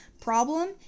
problem